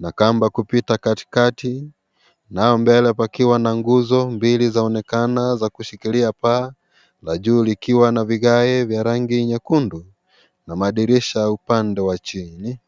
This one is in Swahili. na kamba kupita katikati, nao mbele pakiwa na nguzo mbili zaonekana za kushikilia paa na juu likiwa na vigae vya rangi nyekundu na madirisha upande wa chini.